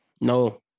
No